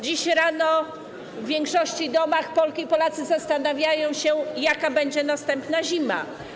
Dziś rano w większości domów Polki i Polacy zastanawiają się, jaka będzie następna zima.